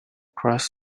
cross